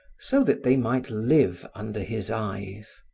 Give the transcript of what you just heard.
so that they might live under his eyes.